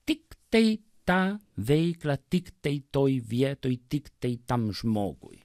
tiktai tą veiklą tiktai toj vietoj tiktai tam žmogui